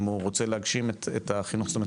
אם הוא רוצה להגשים את החינוך זאת אומרת